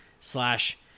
slash